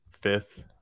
fifth